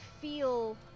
feel